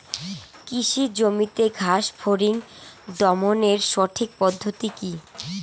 কৃষি জমিতে ঘাস ফরিঙ দমনের সঠিক পদ্ধতি কি?